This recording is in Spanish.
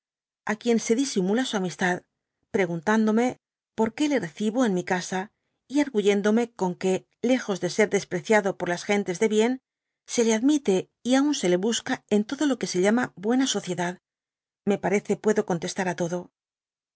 á quien se disimula su amistad preguntándome por que le recibo en mi casa y arguyendome con que lejos de ser despreciado por las gentes de bien se le admite y aun se le le busca en todo lo que se llama buena sociedad me parece puedo contestar á todo